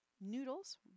noodles